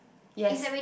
yes